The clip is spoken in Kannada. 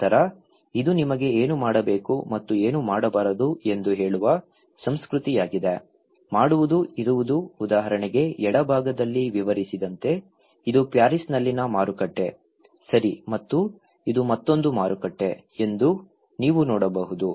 ನಂತರ ಇದು ನಿಮಗೆ ಏನು ಮಾಡಬೇಕು ಮತ್ತು ಏನು ಮಾಡಬಾರದು ಎಂದು ಹೇಳುವ ಸಂಸ್ಕೃತಿಯಾಗಿದೆ ಮಾಡುವುದು ಇರುವುದು ಉದಾಹರಣೆಗೆ ಎಡಭಾಗದಲ್ಲಿ ವಿವರಿಸಿದಂತೆ ಇದು ಪ್ಯಾರಿಸ್ನಲ್ಲಿನ ಮಾರುಕಟ್ಟೆ ಸರಿ ಮತ್ತು ಇದು ಮತ್ತೊಂದು ಮಾರುಕಟ್ಟೆ ಎಂದು ನೀವು ನೋಡಬಹುದು